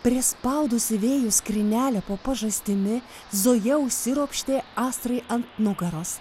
prispaudusi vėjų skrynelę po pažastimi zoja užsiropštė astrai ant nugaros